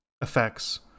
effects